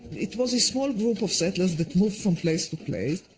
it was a small group of settlers that moved from place to place,